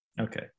Okay